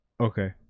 Okay